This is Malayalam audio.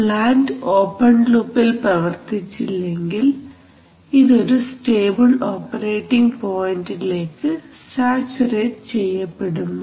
പ്ലാൻറ് ഓപ്പൺ ലൂപിൽ പ്രവർത്തിച്ചില്ലെങ്കിൽ ഇതൊരു സ്റ്റേബിൾ ഓപ്പറേറ്റിംഗ് പോയിന്റിലേക്ക് സാച്ചുറേറ്റ് ചെയ്യപ്പെടുന്നു